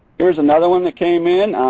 here's another one that came in.